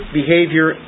behavior